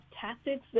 tactics